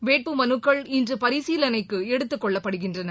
வேட்புமனுக்கள் இன்றுபரிசீலனைக்குஎடுத்துக்கொள்ளப்படுகின்றன